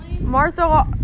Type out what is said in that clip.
Martha